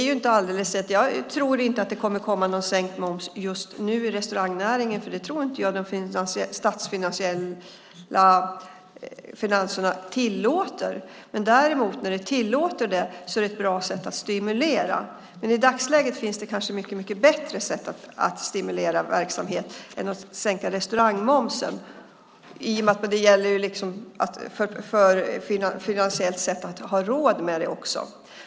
Jag tror inte att det kommer att bli någon sänkning av momsen just nu i restaurangnäringen eftersom jag inte tror att statsfinanserna tillåter det. Men däremot när statsfinanserna tillåter det är det ett bra sätt att stimulera verksamhet. Men i dagsläget finns det kanske mycket bättre sätt att stimulera verksamhet än att sänka restaurangmomsen i och med att det gäller att ha råd med det.